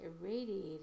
irradiated